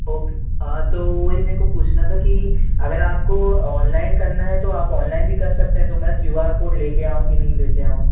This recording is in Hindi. ओके तो वही मेरे को पूछना था कि अगर आपको ऑनलाइन करना है तो आप ऑनलाइन भी कर सकते हैं तो मैं क्यू आर कोड ले कर आऊँ कि नहीं ले कर आऊँ